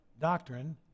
doctrine